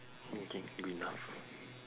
okay good enough